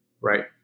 right